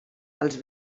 als